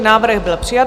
Návrh byl přijat.